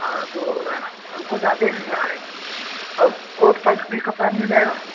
हाँ तो हमको जाके लेना है और कोट पएँट भी कपड़ा मिल जाएगा